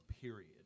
period